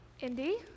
Indy